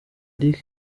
eric